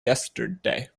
yesterday